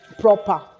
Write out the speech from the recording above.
proper